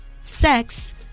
sex